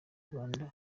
rwanda